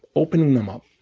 opening them up,